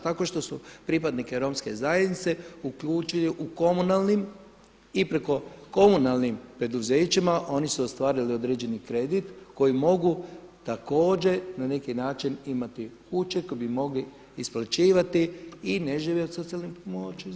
Tako što su pripadnike Romske zajednice uključili u komunalnim i preko komunalnim preduzećima oni su ostvarili određeni kredit kojim mogu također na neki način imati kuće koje bi mogli isplaćivati i ne žive od socijalne pomoć.